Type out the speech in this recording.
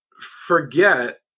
forget